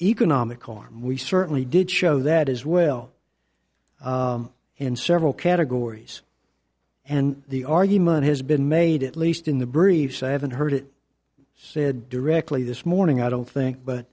economic harm we certainly did show that as well in several categories and the argument has been made at least in the briefs i haven't heard it said directly this morning i don't think but